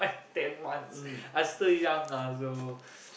ten months I still young lah so